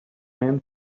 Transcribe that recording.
man